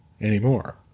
anymore